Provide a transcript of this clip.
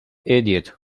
idiot